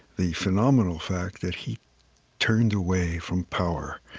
the phenomenal fact that he turned away from power.